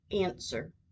Answer